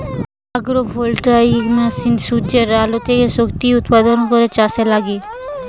agro voltaic মেশিনে সূর্যের আলো থেকে শক্তি উৎপাদন করে চাষে লাগে